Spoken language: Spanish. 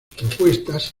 propuestas